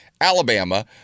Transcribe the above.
Alabama